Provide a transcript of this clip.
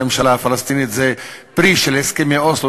הממשלה הפלסטינית זה פרי של הסכמי אוסלו